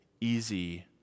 easy